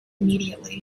immediately